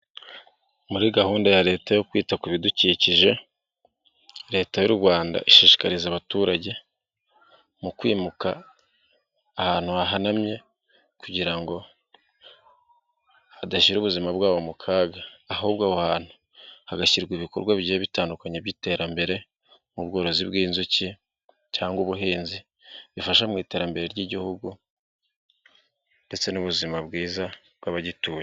Muri gahunda ya leta yo kwita ku bidukikije, leta y'u Rwanda ishishikariza abaturage mu kwimuka ahantu hahanamye, kugira ngo hadashyira ubuzima bwabo mu kaga. Ahubwo aho hantu hagashyirwa ibikorwa bi bitandukanye by'iterambere, mu bworozi bw'inzuki cyangwa ubuhinzi, bifasha mu iterambere ry'igihugu ndetse n'ubuzima bwiza bw'abagituye.